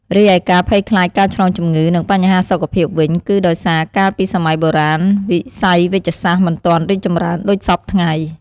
រីឯការភ័យខ្លាចការឆ្លងជំងឺ និងបញ្ហាសុខភាពវិញ គឺដោយសារកាលពីសម័យបុរាណ វិស័យវេជ្ជសាស្ត្រមិនទាន់រីកចម្រើនដូចសព្វថ្ងៃ។